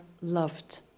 loved